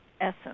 essence